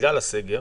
בגלל הסגר